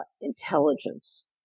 intelligence